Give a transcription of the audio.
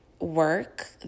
work